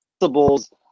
principles